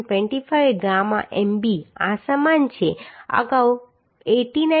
25 gamma mb આ સમાન છે અગાઉ 89